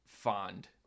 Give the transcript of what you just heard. fond